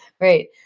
right